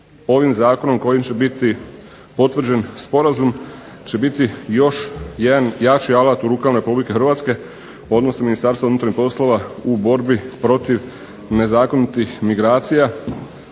ovim zakonom kojim će biti potvrđen sporazum će biti još jedan jači alat u rukama RH, odnosno Ministarstva unutarnjih poslova u borbi protiv nezakonitih migracija